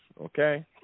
okay